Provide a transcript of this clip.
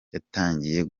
yatangiye